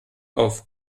auf